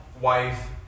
wife